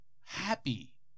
happy